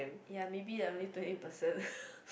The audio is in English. ya maybe that only twenty percent